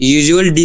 usual